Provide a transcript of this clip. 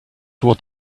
what